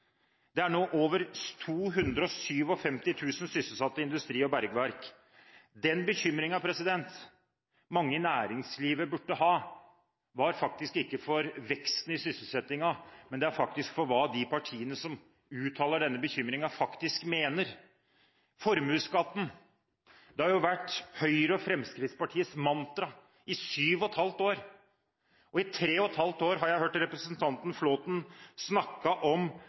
Det er nå over 257 000 sysselsatte i industri og bergverk. Den bekymringen mange i næringslivet burde ha, er ikke for veksten i sysselsettingen, men for hva de partiene som uttaler denne bekymringen, faktisk mener. Formuesskatten har vært Høyres og Fremskrittspartiets mantra i sju og et halvt år, og i tre og et halvt år har jeg hørt representanten Flåtten snakke om